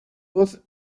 voz